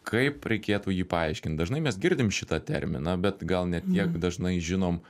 kaip reikėtų jį paaiškint dažnai mes girdim šitą terminą bet gal ne tiek dažnai žinom